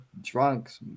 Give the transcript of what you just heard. drunks